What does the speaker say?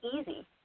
easy